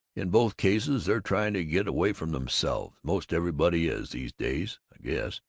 in both cases they're trying to get away from themselves most everybody is, these days, i guess.